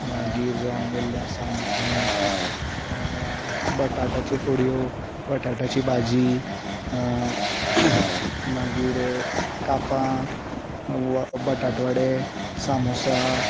मागीर जावन गेल्लें आसा आमचें बटाटाच्यो फोड्यो बटाटाची भाजी मागीर कापां बटाटवाडे सामोसा